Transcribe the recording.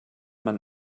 man